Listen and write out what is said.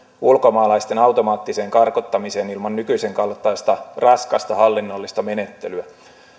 ulkomaalaisten automaattiseen karkottamiseen ilman nykyisen kaltaista raskasta hallinnollista menettelyä